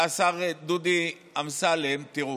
השר דודי אמסלם, תראו,